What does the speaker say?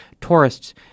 tourists